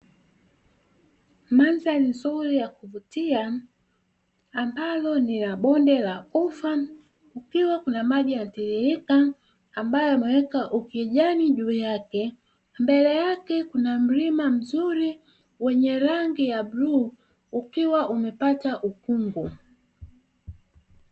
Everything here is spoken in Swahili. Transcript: Mandhari nzuri ya kuvutia ambayo ni ya bonde la ufa kukiwa kuna maji yanayotiririka ambayo yameweka ukijani juu yake, mbele yake kuna mlima mzuri wenye rangi ya bluu ukiwa umepata ukungu.